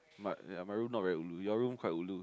my my room not very ulu your room quite ulu